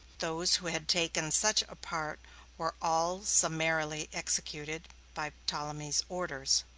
those who had taken such a part were all summarily executed by ptolemy's orders.